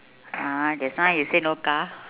ah just now you say no car